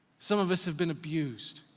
some of us have been abused.